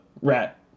rat